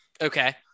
Okay